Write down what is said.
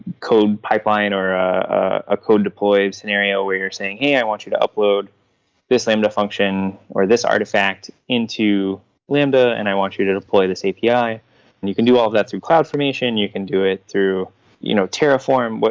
code pipeline, or a code deploy scenario where you're saying, hey, i want you to upload this lambda function, or this artifact into lambda and i want you to deploy this api. and you can do all that through cloud formation, you can do it through you know terraform, but